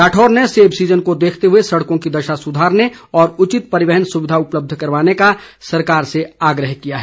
राठौर ने सेब सीजन को देखते हुए सड़कों की दशा सुधारने और उचित परिवहन सुविधा उपलब्ध कराने का सरकार से आग्रह किया है